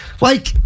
like-